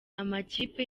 amakipe